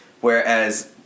Whereas